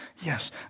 Yes